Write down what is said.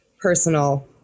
personal